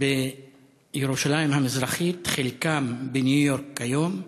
בירושלים המזרחית, חלקם בניו-יורק היום.